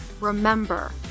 remember